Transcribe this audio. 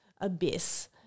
abyss